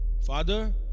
Father